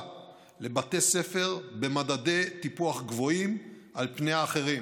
לבתי ספר במדדי טיפוח גבוהים על פני אחרים,